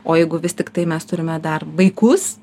o jeigu vis tiktai mes turime dar vaikus